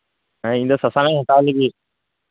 ᱦᱮᱸ ᱤᱧ ᱫᱚ ᱥᱟᱥᱟᱝ ᱟᱜ ᱜᱤᱧ ᱦᱟᱛᱟᱣ ᱞᱟᱹᱜᱤᱫ